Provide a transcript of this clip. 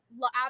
love